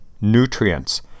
Nutrients